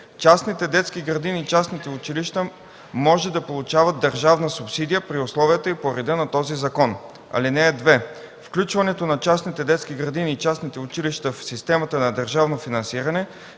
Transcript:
частните детски градини и частните училища може да получават държавна субсидия при условията и по реда на този закон. (2) Включването на частните детски градини и частните училища в системата на държавно финансиране